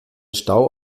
stau